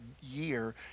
year